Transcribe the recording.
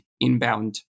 inbound